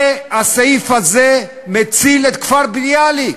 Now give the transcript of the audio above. זה, הסעיף הזה, מציל את כפר-ביאליק.